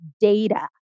data